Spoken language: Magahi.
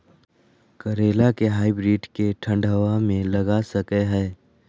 करेला के हाइब्रिड के ठंडवा मे लगा सकय हैय?